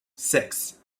six